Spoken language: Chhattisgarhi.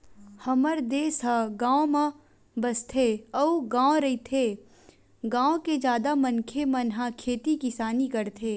हमर देस ह गाँव म बसथे अउ गॉव रहिथे, गाँव के जादा मनखे मन ह खेती किसानी करथे